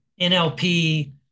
NLP